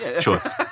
choice